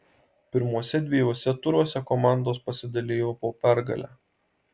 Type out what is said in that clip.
pirmuose dviejuose turuose komandos pasidalijo po pergalę